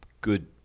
good